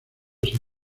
sin